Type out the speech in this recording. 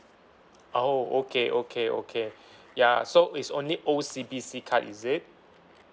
oh okay okay okay ya so is only O_C_B_C card is it